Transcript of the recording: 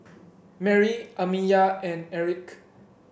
Merri Amiya and Erik